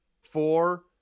four